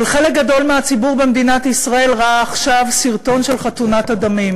אבל חלק גדול מהציבור במדינת ישראל ראה עכשיו סרטון של חתונת הדמים,